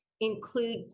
include